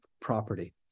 property